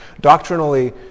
Doctrinally